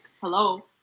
hello